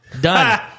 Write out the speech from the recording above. Done